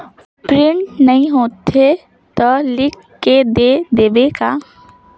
Print नइ होथे ता लिख के दे देबे का?